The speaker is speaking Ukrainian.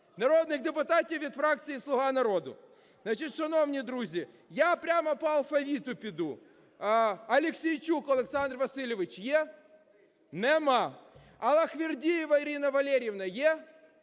народних депутатів від фракції "Слуга народу". Значить, шановні друзі, я прямо алфавіту піду. Аліксійчук Олександр Васильович є? Нема. Аллахвердієва Ірина Валеріївна є?